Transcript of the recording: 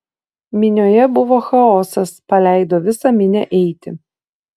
minioje buvo chaosas paleido visą minią eiti